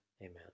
Amen